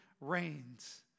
reigns